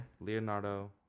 Leonardo